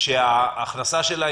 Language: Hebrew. שההכנסה שלה,